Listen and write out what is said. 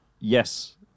yes